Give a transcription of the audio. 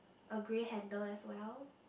a grey handle as well